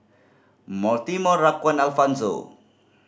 Mortimer Raquan and Alfonzo